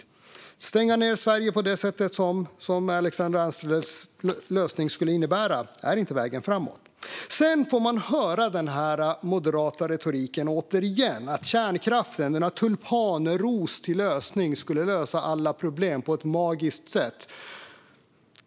Att stänga ned Sverige på det sätt som Alexandra Anstrells lösning skulle innebära är inte vägen framåt. Sedan får man återigen höra den moderata retoriken att kärnkraften, denna tulipanaros, skulle lösa alla problem på ett magiskt sätt.